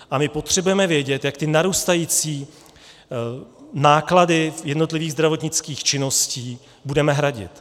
A my potřebujeme vědět, jak narůstající náklady jednotlivých zdravotnických činností budeme hradit.